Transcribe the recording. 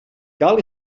cal